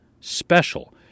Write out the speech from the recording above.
special